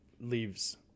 leaves